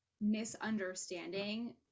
misunderstanding